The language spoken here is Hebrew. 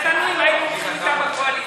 לנו אם היינו הולכים אתם לקואליציה.